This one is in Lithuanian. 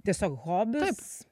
tiesiog hobis